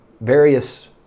various